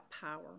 power